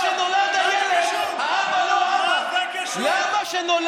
מה זה קשור?